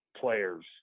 players